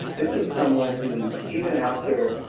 this is someone who even after